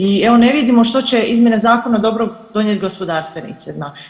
I evo ne vidimo što će izmjena zakona dobrog donijeti gospodarstvenicima.